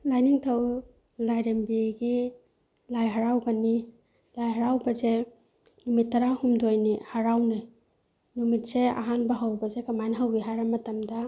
ꯂꯥꯏꯅꯤꯡꯊꯧ ꯂꯥꯏꯔꯦꯝꯕꯤꯒꯤ ꯂꯥꯏ ꯍꯔꯥꯎꯒꯅꯤ ꯂꯥꯏ ꯍꯔꯥꯎꯕꯁꯦ ꯅꯨꯃꯤꯠ ꯇꯔꯥꯍꯨꯝꯗꯣꯏꯅꯤ ꯍꯔꯥꯎꯅꯩ ꯅꯨꯃꯤꯠꯁꯦ ꯑꯍꯥꯟꯕ ꯍꯧꯕꯁꯦ ꯀꯃꯥꯏꯅ ꯍꯧꯏ ꯍꯥꯏꯕ ꯃꯇꯝꯗ